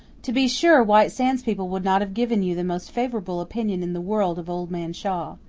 to be sure, white sands people would not have given you the most favourable opinion in the world of old man shaw.